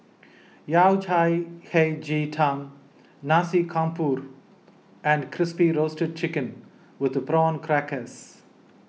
Yao Cai Hei Ji Tang Nasi Campur and Crispy Roasted Chicken with Prawn Crackers